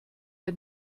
der